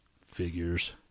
Figures